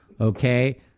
okay